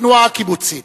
התנועה הקיבוצית